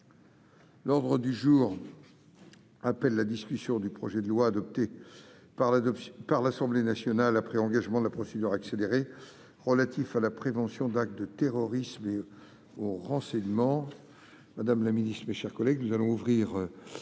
L'ordre du jour appelle la discussion du projet de loi, adopté par l'Assemblée nationale après engagement de la procédure accélérée, relatif à la prévention d'actes de terrorisme et au renseignement